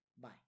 Bye